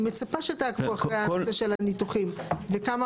היא מצפה שתעקבו אחרי הנושא של ניתוחים וכמה